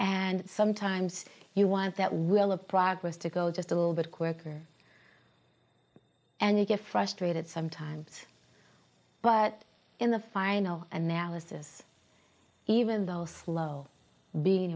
and sometimes you want that well of progress to go just a little bit quicker and you get frustrated sometimes but in the final analysis even though slow being